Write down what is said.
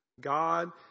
God